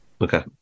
Okay